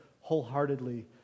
wholeheartedly